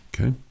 okay